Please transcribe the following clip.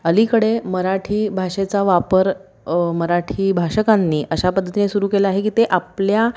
अलीकडे मराठी भाषेचा वापर मराठी भाषकांनी अशा पद्धतीने सुरू केला आहे की ते आपल्या